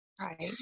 Right